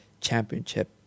championship